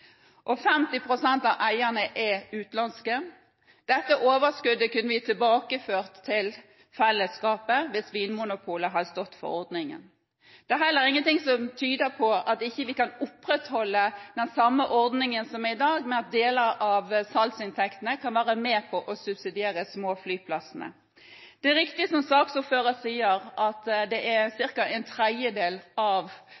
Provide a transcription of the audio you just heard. av eierne er utenlandske. Dette overskuddet kunne vi tilbakeført til fellesskapet hvis Vinmonopolet hadde stått for ordningen. Det er heller ingenting som tyder på at vi ikke kan opprettholde den samme ordningen som i dag, men at deler av salgsinntektene kan være med på å subsidiere småflyplassene. Det er riktig som saksordføreren sier, at